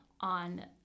on